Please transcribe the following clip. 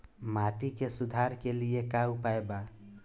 माटी के सुधार के लिए का उपाय बा?